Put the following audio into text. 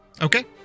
Okay